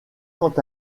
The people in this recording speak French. quant